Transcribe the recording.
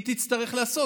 היא תצטרך לעשות.